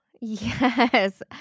Yes